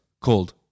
called